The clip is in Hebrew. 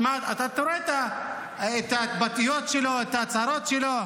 אתה רואה את ההתבטאויות שלו, את ההצהרות שלו.